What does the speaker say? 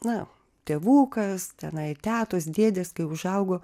na tėvukas tenai tetos dėdės kai užaugo